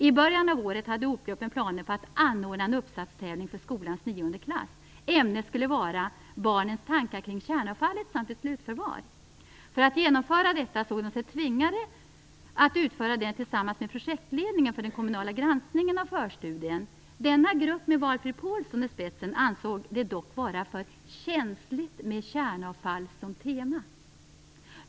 I början av året hade Op-gruppen planer på att anordna en uppsatstävling för skolans nionde klass. Ämnet skulle vara barnens tankar kring kärnavfallet samt ett slutförvar. För att genomföra detta såg man sig tvingad att utföra tävlingen tillsammans med projektledningen för den kommunala granskningen av förstudien. Denna grupp, med Valfrid Paulsson i spetsen, ansåg det dock vara för känsligt med kärnavfall som tema.